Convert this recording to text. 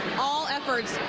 all efforts,